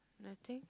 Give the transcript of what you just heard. nothing